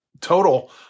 total